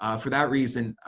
ah for that reason,